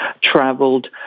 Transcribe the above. traveled